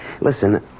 Listen